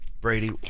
Brady